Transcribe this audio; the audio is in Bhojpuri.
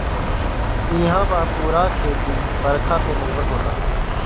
इहां पअ पूरा खेती बरखा पे निर्भर होला